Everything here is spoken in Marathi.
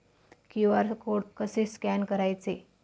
क्यू.आर कोड कसे स्कॅन करायचे?